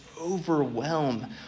overwhelm